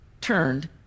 turned